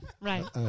Right